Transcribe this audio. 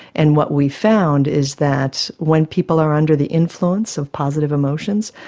and what we found is that when people are under the influence of positive emotions,